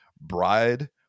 bride